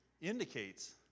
indicates